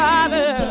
Father